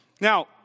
Now